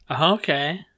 okay